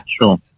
Sure